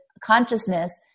consciousness